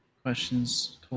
Questions